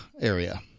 area